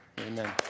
Amen